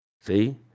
see